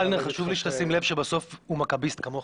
קלנר חשוב לי שתשים לב, בסוף הוא מכביסט כמוכם.